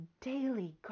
daily